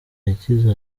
yagize